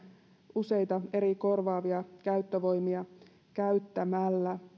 useita eri korvaavia käyttövoimia käyttämällä